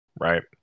Right